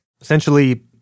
Essentially